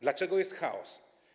Dlaczego jest chaos?